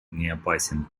неопасен